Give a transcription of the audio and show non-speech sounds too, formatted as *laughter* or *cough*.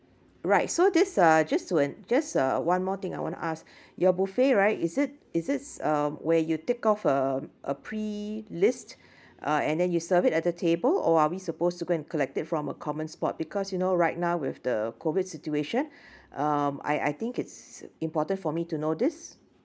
right so this uh just to and just uh one more thing I want to ask *breath* your buffet right is it is this uh where you take off a a pre list uh and then you serve it at the table or are we supposed to go and collect it from a common spot because you know right now with the COVID situation *breath* um I I think it's important for me to know this